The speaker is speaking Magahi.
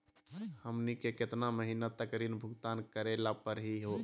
हमनी के केतना महीनों तक ऋण भुगतान करेला परही हो?